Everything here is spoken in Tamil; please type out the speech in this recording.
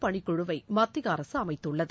பணிக்குழுவை மத்திய அரசு அமைத்துள்ளது